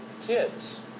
Kids